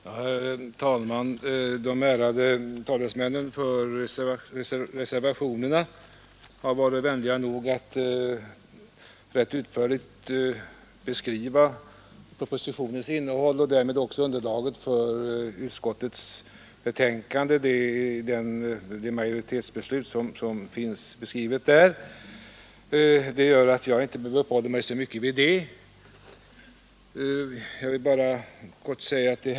Herr talman! De ärade talesmännen för reservationerna har varit vänliga nog att rätt utförligt redogöra för propositionens innehåll och därmed också för underlaget till utskottsmajoritetens skrivning. Jag behöver därför inte uppehålla mig så mycket vid det. Jag vill bara säga följande.